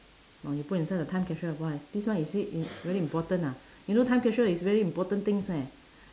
oh you put inside the time capsule why this one is it im~ very important ah you know time capsule is very important things eh